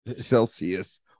Celsius